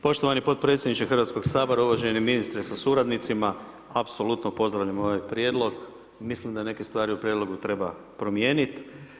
Poštovani potpredsjedniče Hrvatskog sabora, uvaženi ministre sa suradnicima, apsolutno pozdravljam ovaj prijedlog, mislim da neke stvari u prijedlogu treba promijeniti.